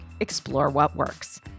exploreWhatWorks